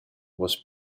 was